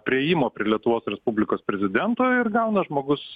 priėjimo prie lietuvos respublikos prezidento ir gauna žmogus